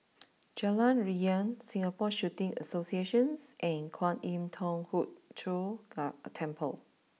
Jalan Riang Singapore Shooting Associations and Kwan Im Thong Hood Cho Temple